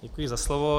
Děkuji za slovo.